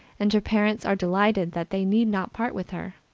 and her parents are delighted that they need not part with her.